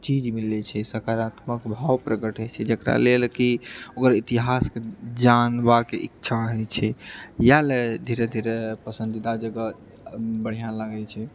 चीज मिलैत छै सकारात्मक भाव प्रकट होइत छै जकरा लेल कि ओकर इतिहासके जानबाक इच्छा होइत छै इएह लऽ धीरे धीरे पसन्दीदा जगह बढ़िआँ लागैत छै